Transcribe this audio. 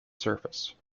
surface